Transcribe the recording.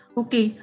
okay